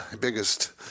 biggest